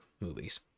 movies